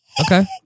Okay